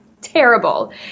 terrible